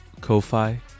Ko-Fi